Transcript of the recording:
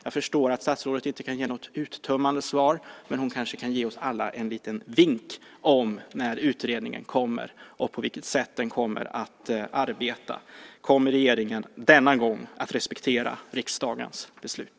Jag förstår att statsrådet inte kan ge något uttömmande svar, men hon kanske kan ge oss alla en liten vink om när utredningen kommer och på vilket sätt den kommer att arbeta. Kommer regeringen denna gång att respektera riksdagens beslut?